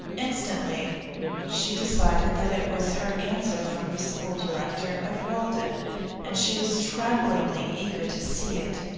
instantly she decided that it was her answer from the school director of walden and she was tremblingly eager to see it.